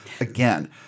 again